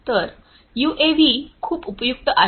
तर यूएव्ही खूप उपयुक्त आहेत